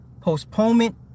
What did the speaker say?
postponement